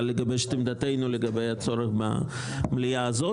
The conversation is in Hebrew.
לגבש את עמדתנו לגבי הצורך במליאה הזאת.